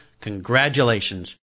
congratulations